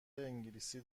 انگلیسی